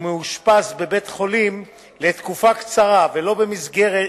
ומאושפז בבית-חולים לתקופה קצרה, ולא במסגרת